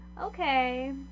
okay